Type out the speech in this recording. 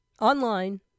online